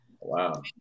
wow